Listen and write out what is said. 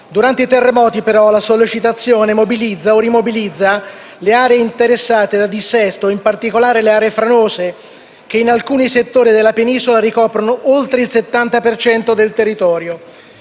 Durante i terremoti, però, la sollecitazione mobilizza o rimobilizza le aree interessate da dissesto, in particolare le aree franose, che in alcuni settori della Penisola ricoprono oltre il 70 per cento del territorio.